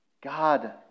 God